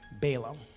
Balaam